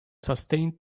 sustained